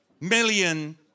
million